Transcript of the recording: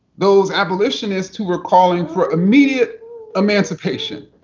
those abolitionists who were calling for immediate emancipation,